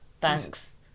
Thanks